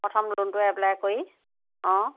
প্ৰথম লোনটো এপ্লাই কৰি অঁ